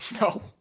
No